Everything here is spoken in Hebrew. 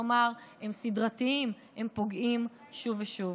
כלומר, הם סדרתיים, הם פוגעים שוב ושוב.